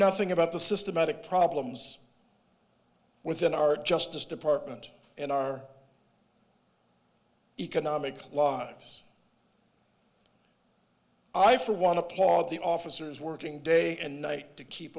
nothing about the systematic problems within our justice department in our economic lives i for one of the officers working day and night to keep